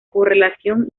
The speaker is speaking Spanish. correlación